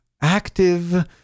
active